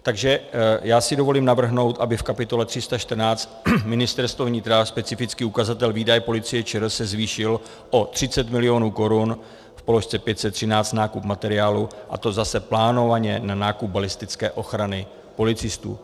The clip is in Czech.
Takže já si dovolím navrhnout, aby v kapitole 314 Ministerstvo vnitra, specifický ukazatel výdaje Policie ČR se zvýšil o 30 milionů korun v položce 513 nákup materiálu, a to zase plánovaně na nákup balistické ochrany policistů.